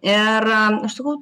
ir aš sakau